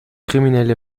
kriminelle